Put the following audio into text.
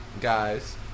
guys